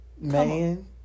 Man